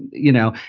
you know,